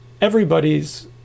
everybody's